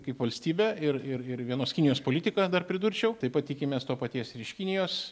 kaip valstybę ir ir ir vienos kinijos politiką dar pridurčiau taip pat tikimės to paties ir iš kinijos